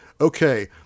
okay